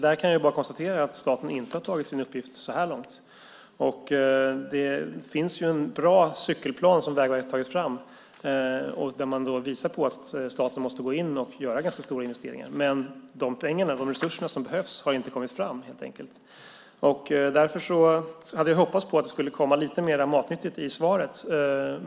Där kan jag bara konstatera att staten så här långt inte har gjort sin uppgift. Vägverket har tagit fram en bra cykelplan. Där visar man att staten måste gå in och göra ganska stora investeringar. Men de pengar, de resurser, som behövs har helt enkelt inte kommit fram. Jag hade därför hoppats på att det skulle finnas lite mer matnyttigt i svaret.